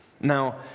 Now